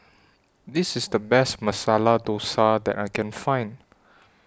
This IS The Best Masala Dosa that I Can Find